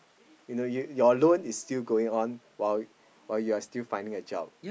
you know you your loan is still going on while while you are still finding a job